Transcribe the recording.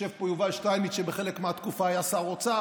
יושב פה יובל שטייניץ, שבחלק מהתקופה היה שר אוצר.